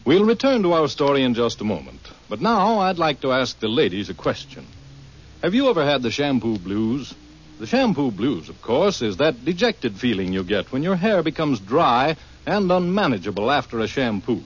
we'll return to our story in just a moment but now i'd like to ask the ladies a question have you ever had the shampoo blues him blues of course is that dejected feeling you get when your hair becomes dry and a manageable after a shampoo